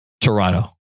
Toronto